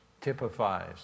typifies